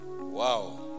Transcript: wow